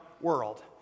world